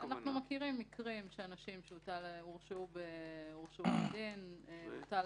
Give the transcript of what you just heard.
אנחנו מכירים מקרים שאנשים שהורשעו בדין הוטל